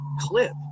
clip